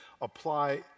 apply